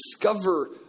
discover